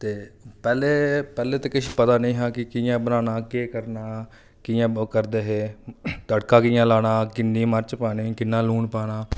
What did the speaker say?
ते पैह्लें पैह्लें ते किश पता निं हा कि कि'यां बनाना केह् करना कि'यां ओह् करदे हे तड़का कि'यां लाना किन्नी मर्च पानी किन्ना लून पाना